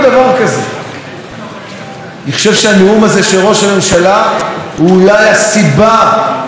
אני חושב שהנאום הזה של ראש הממשלה הוא אולי הסיבה המרכזית והברורה